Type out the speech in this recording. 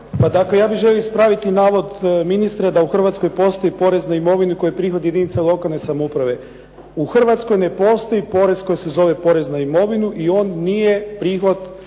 Ja bih želio ispraviti navod ministra, da u Hrvatskoj postoje porez na imovinu koja je prihod jedinica lokalne samouprave. U Hrvatskoj ne postoji porez koji se zove porez na imovinu i on nije prihod